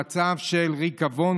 במצב של ריקבון,